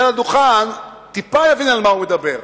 אולי בכל זאת בוועדה.